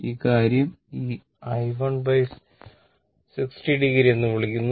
ഈ കാര്യം ഈ i1 60o എന്ന് വിളിക്കുന്നു